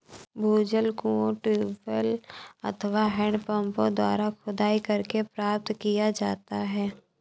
भूजल कुओं, ट्यूबवैल अथवा हैंडपम्पों द्वारा खुदाई करके प्राप्त किया जाता है